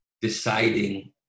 deciding